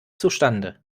zustande